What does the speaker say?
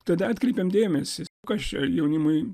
tada atkreipėm dėmesį kas čia jaunimui